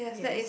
yes